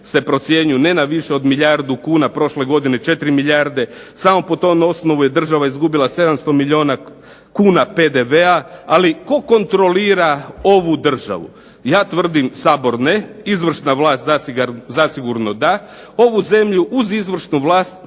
se procjenjuju ne na više od milijardu kuna, prošle godine 4 milijarde. Samo po tom osnovu je država izgubila 700 milijuna kuna PDV-a. Ali tko kontrolira ovu državu? Ja tvrdim Sabor ne, izvršna vlast zasigurno da. Ovu zemlju uz izvršnu vlast